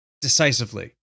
decisively